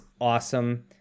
awesome